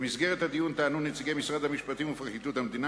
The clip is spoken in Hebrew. במסגרת הדיון טענו נציגי משרד המשפטים ופרקליטות המדינה,